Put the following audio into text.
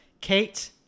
Kate